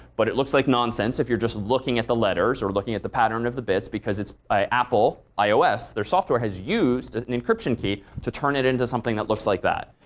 but it looks like nonsense if you're just looking at the letters or looking at the pattern of the bits because its ah apple ios, their software, has used an encryption key to turn it into something that looks like that.